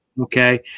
Okay